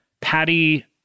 Patty